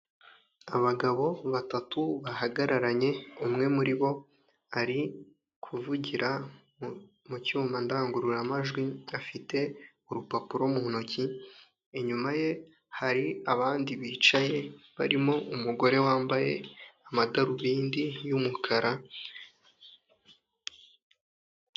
Abagabo batatu bahagararanye umwe muri bo ari kuvugira mu cyuma ndangururamajwi afite urupapuro mu ntoki, inyuma ye hari abandi bicaye, barimo umugore wambaye amadarubindi yumukara.